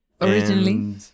Originally